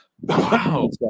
Wow